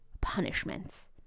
punishments